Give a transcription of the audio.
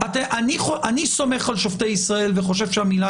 אני סומך על שופטי ישראל וחושב שהמילה